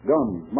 Guns